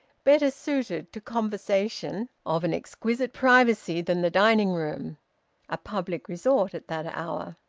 better suited to conversation of an exquisite privacy than the dining-room a public resort at that hour.